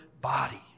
body